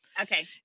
Okay